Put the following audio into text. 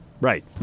Right